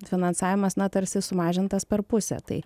finansavimas na tarsi sumažintas per pusę tai